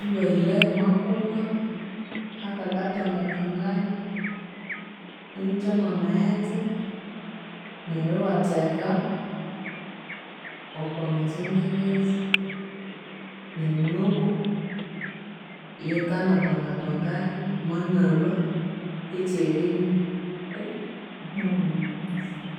iwahira y'omwa kuma akakatwangatwangayu, iwutha mw'amaghetse, neryo iwatheka okw'amasenyerezi, neryo nuku ikanatwangatwangayu, mwanalhwa eky'erinywa.